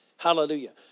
Hallelujah